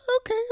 okay